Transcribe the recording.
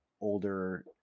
older